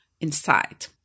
inside